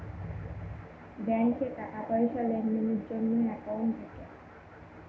ব্যাঙ্কে টাকা পয়সার লেনদেনের জন্য একাউন্ট থাকে